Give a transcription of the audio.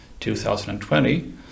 2020